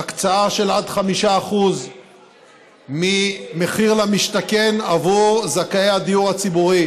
על הקצאה של עד 5% ממחיר למשתכן בעבור זכאי הדיור הציבורי.